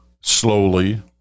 slowly